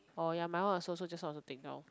oh ya my one also so just now also take down